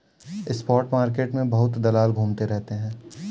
spot market में बहुत दलाल घूमते रहते हैं